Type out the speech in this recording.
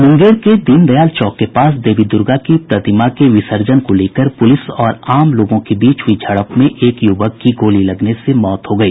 मुंगेर के दीनदयाल चौक के पास देवी दुर्गा की प्रतिमा के विसर्जन को लेकर पुलिस और आम लोगों के बीच हुई झड़प में एक युवक की गोली लगने से मौत हो गई